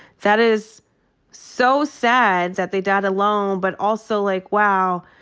that is so sad that they died alone, but also, like, wow,